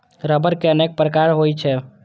रबड़ के अनेक प्रकार होइ छै